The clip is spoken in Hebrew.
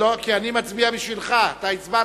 (בזק ושידורים) (תיקון,